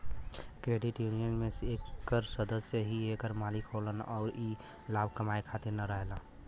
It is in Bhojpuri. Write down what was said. क्रेडिट यूनियन में एकर सदस्य ही एकर मालिक होलन अउर ई लाभ कमाए खातिर न रहेला